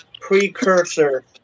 precursor